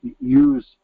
use